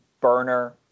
burner